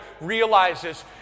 realizes